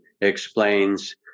explains